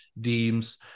deems